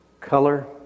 color